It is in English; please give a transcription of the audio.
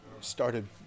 started